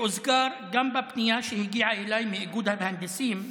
שהוזכר גם בפנייה שהגיעה אליי מאיגוד המהנדסים,